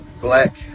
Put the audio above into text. black